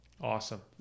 Awesome